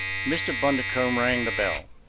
mr. bundercombe rang the bell.